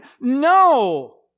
No